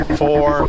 four